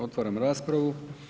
Otvaram raspravu.